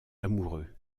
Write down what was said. amoureux